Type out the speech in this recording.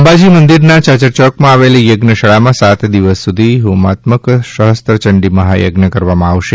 અંબાજી મંદિરના ચાચર ચોકમાં આવેલ યજ્ઞ શાળામાં સાત દિવસ સુધી હોમાત્મક સફસ્ત્ર ચંડી મહાયજ્ઞ કરવામાં આવશે